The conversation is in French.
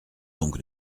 donc